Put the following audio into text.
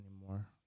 anymore